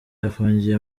afungiye